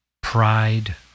Pride